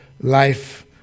life